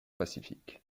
pacifique